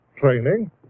training